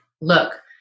look